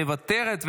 מוותרת,